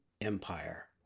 Empire